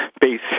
base